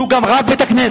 שהוא גם רב בית-כנסת.